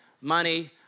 money